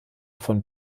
von